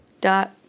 Dot